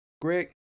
Greg